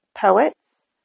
poets